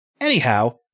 Anyhow